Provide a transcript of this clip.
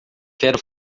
quero